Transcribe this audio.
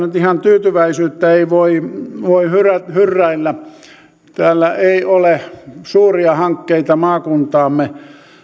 nyt ihan tyytyväisyyttä voi voi hyrräillä täällä ei ole suuria hankkeita maakuntaamme